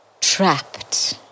trapped